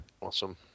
Awesome